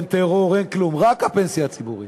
אין טרור, אין כלום, רק הפנסיה הציבורית.